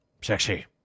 Sexy